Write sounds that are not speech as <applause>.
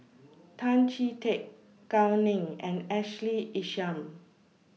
<noise> Tan Chee Teck Gao Ning and Ashley Isham